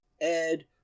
Ed